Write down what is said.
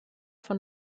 von